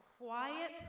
Quiet